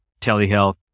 telehealth